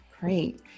Great